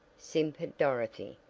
simpered dorothy,